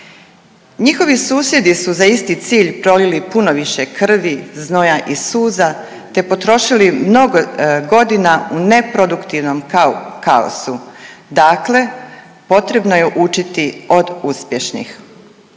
Njihovi susjedi su za isti cilj prolili puno više krvi, znoja i suza te potrošili mnogo godina u neproduktivnom kaosu, dakle potrebno je učiti od uspješnih.